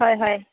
হয় হয়